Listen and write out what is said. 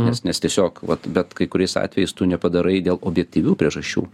nes nes tiesiog vat bet kai kuriais atvejais tu nepadarai dėl objektyvių priežasčių